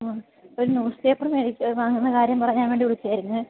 ഒരു ന്യൂസ്പേപ്പർ വാങ്ങുന്ന കാര്യം പറയാൻ വേണ്ടി വിളിച്ചതായിരുന്നു